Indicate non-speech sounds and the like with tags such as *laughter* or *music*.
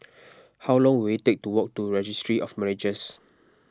*noise* How long will it take to walk to Registry of Marriages